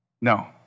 No